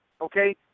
okay